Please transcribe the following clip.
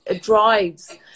drives